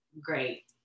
Great